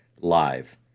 live